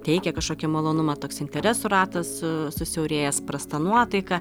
teikė kažkokį malonumą toks interesų ratas su susiaurėjęs prasta nuotaika